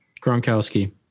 Gronkowski